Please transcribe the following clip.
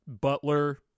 Butler